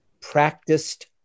practiced